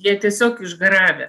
jie tiesiog išgaravę